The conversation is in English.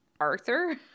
Arthur